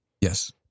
Yes